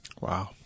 Wow